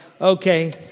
Okay